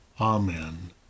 Amen